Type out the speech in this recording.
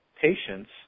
patients